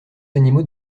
animaux